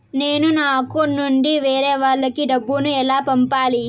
నేను నా అకౌంట్ నుండి వేరే వాళ్ళకి డబ్బును ఎలా పంపాలి?